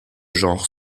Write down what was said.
genre